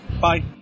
Bye